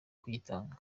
kuyitanga